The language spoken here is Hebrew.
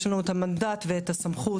יש לנו את המנדט ואת הסמכות.